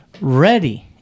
ready